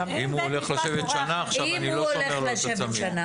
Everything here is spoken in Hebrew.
הולך לשבת שנה עכשיו, אני לא שומר לו את הצמיד.